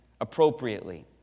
appropriately